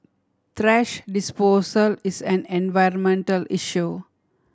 thrash disposal is an environmental issue